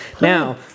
Now